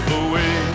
away